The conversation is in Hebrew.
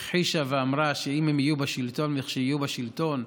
הכחישה ואמרה שאם הם יהיו בשלטון, כשיהיו בשלטון,